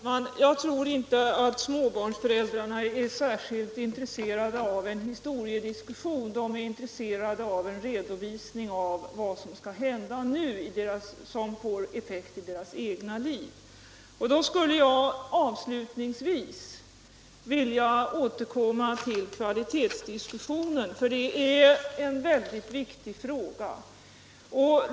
Herr talman! Jag tror inte att småbarnsföräldrarna är särskilt intresserade av en historiediskussion. De är intresserade av en redovisning av vad som skall hända nu och som har effekt i deras egna liv. Då skulle jag avslutningsvis vilja återkomma till kvalitetsdiskussionen, för det gäller en väldigt viktig fråga.